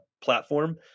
platform